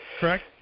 correct